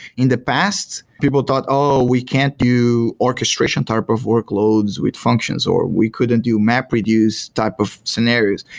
in the past people thought, oh, we can't do orchestration type of workloads with functions. or we couldn't do map reduce type of scenarios.